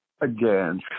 again